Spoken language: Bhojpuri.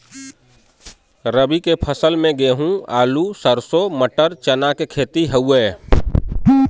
रबी के फसल में गेंहू, आलू, सरसों, मटर, चना के खेती हउवे